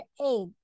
eight